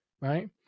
right